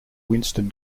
winston